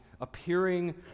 appearing